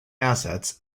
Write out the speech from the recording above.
assets